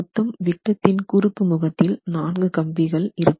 மொத்தம் விட்டத்தின் குறுக்குமுகத்தில் 4 கம்பிகள் இருக்கும்